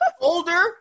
older